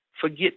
forget